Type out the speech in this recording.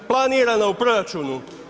Planirana u proračunu.